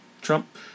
Trump